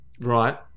Right